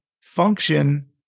function